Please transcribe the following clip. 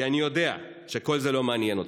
כי אני יודע שכל זה לא מעניין אותך.